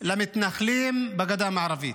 למתנחלים בגדה המערבית,